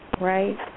Right